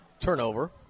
turnover